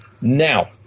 Now